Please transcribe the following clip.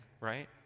right